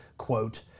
quote